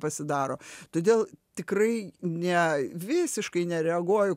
pasidaro todėl tikrai ne visiškai nereaguoju